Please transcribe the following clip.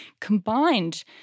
combined